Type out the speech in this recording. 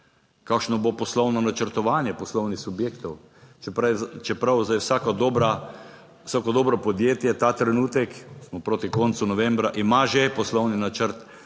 kakšno bo poslovno načrtovanje poslovnih subjektov, čeprav zdaj vsako dobro podjetje, ta trenutek smo proti koncu novembra, ima že poslovni načrt